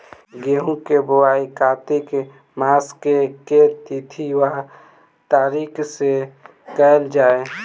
गेंहूँ केँ बोवाई कातिक मास केँ के तिथि वा तारीक सँ कैल जाए?